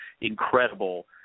incredible